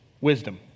wisdom